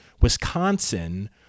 Wisconsin